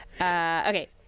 okay